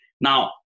Now